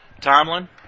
Tomlin